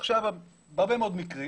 עכשיו בהרבה מאוד מקרים